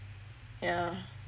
yah